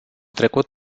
trecut